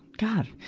god!